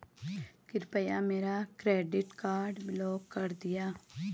कृपया मेरा credit card block कर दीजिए